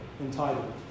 entitled